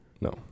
No